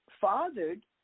fathered